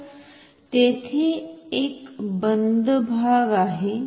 तर तेथे एक बंद भाग आहे